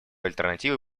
альтернативы